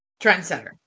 Trendsetter